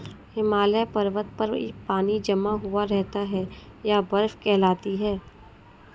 हिमालय पर्वत पर पानी जमा हुआ रहता है यह बर्फ कहलाती है